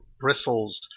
Bristles